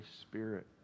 Spirit